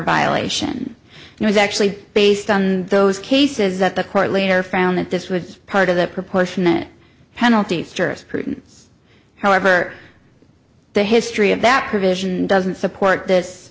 violation it was actually based on those cases that the court later found that this was part of the proportionate penalty for jurisprudence however the history of that provision doesn't support this